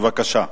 בבקשה.